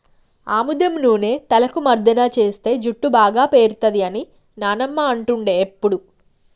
ఆముదం నూనె తలకు మర్దన చేస్తే జుట్టు బాగా పేరుతది అని నానమ్మ అంటుండే ఎప్పుడు